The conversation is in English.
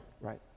right